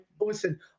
listen